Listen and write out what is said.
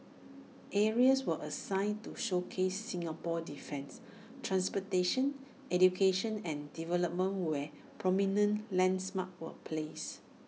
areas were assigned to showcase Singapore's defence transportation education and development where prominent landmarks were placed